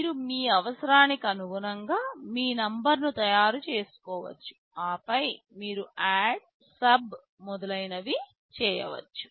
మీరు మీ అవసరానికి అనుగుణంగా మీ నంబర్ను తయారు చేసుకోవచ్చు ఆపై మీరు ADD SUB మొదలైనవి చేయవచ్చు